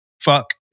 fuck